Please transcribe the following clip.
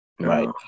Right